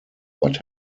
but